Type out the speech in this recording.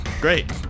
great